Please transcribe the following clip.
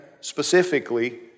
specifically